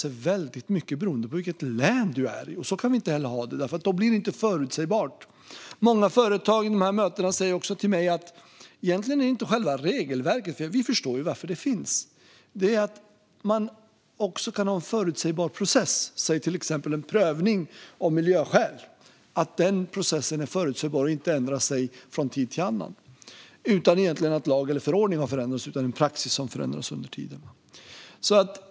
Det gäller särskilt företag som finns över hela vårt land. Så här kan vi inte ha det för då blir det inte förutsägbart. Vid dessa möten är det också många företag som säger att det egentligen inte handlar om själva regelverket, eftersom de förstår varför det finns. Det handlar i stället om att ha en förutsägbar process, till exempel en prövning av miljöskäl. En sådan process bör vara förutsägbar och inte ändras från tid till annan utan att lag och förordning egentligen har förändrats. Det är bara praxis som förändrats över tid.